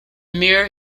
mir